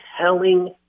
telling